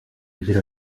agira